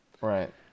Right